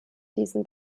diesen